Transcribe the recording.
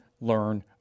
learn